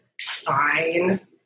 fine